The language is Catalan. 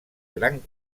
gran